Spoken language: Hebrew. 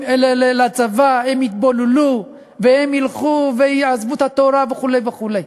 הם יתבוללו והם ילכו ויעזבו את התורה וכו' וכו'.